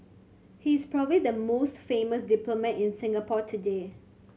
he is probably the most famous diplomat in Singapore today